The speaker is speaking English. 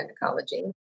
gynecology